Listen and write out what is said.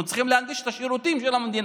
אנחנו צריכים להנגיש את השירותים של המדינה.